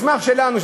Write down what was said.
מסמך שלנו,